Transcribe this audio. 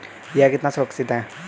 यह कितना सुरक्षित है?